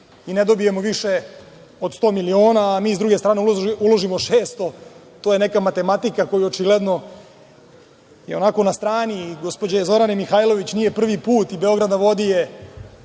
i ne dobijemo više od 100 miliona, a mi s druge strane uložimo 600. To je neka matematika koja je očigledno onako na strani gospođe Zorane Mihajlović i nije prvi put i „Beograd na vodi“ je